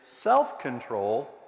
self-control